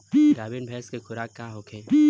गाभिन भैंस के खुराक का होखे?